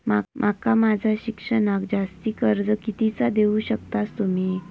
माका माझा शिक्षणाक जास्ती कर्ज कितीचा देऊ शकतास तुम्ही?